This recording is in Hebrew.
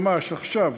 ממש עכשיו,